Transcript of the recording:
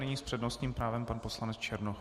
Nyní s přednostním právem pan poslanec Černoch.